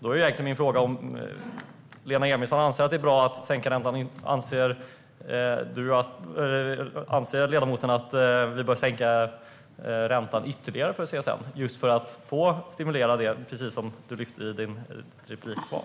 Om Lena Emilsson anser att det är bra att sänka räntan vill jag fråga om ledamoten vill sänka räntan ytterligare för CSN för att stimulera det som du lyfte fram i ditt repliksvar.